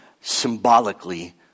symbolically